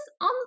on